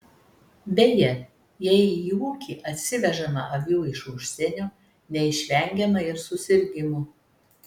beje jei į ūkį atsivežama avių iš užsienio neišvengiama ir susirgimų